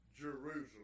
Jerusalem